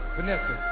Vanessa